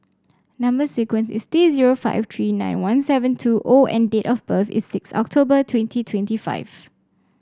number sequence is T zero five three nine one seven two O and date of birth is six October twenty twenty five